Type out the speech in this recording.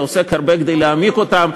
ועושה הרבה כדי להעמיק אותם,